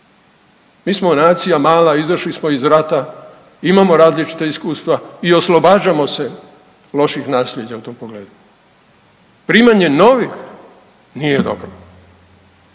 Mi smo nacija mala izašli smo iz rata imamo različita iskustva i oslobađamo se loših nasljeđa u tom pogledu. Primanje novih nije dobro.